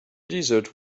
desert